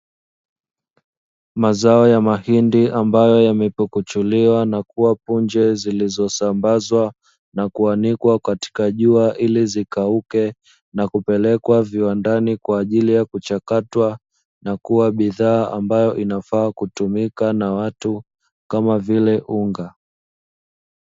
Mazao ya mahindi ambayo yamepukuchuliwa na kuwepo njia zilizosambazwa na kuanikwa katika jua, ili zikauke na kupelekwa viwandani kwa ajili ya kuchakatwa na kuwa bidhaa ambayo inafaa kutumika na watu kama vile unga.